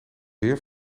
weer